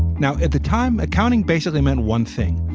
now, at the time, accounting basically meant one thing,